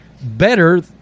better